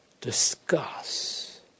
discuss